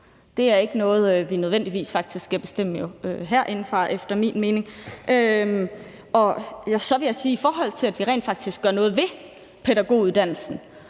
Det er ikke noget, vi nødvendigvis skal bestemme herindefra efter min mening. Så vil jeg sige, at i forhold til rent faktisk at gøre noget ved pædagoguddannelsen